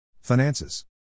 Finances